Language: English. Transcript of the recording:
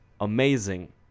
amazing